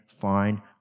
fine